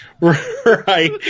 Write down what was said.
right